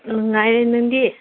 ꯅꯨꯡꯉꯥꯏꯔꯦ ꯅꯪꯗꯤ